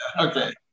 Okay